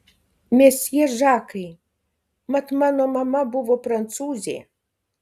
mesjė žakai mat mano mama buvo prancūzė